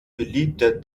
beliebter